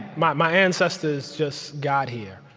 my my ancestors just got here.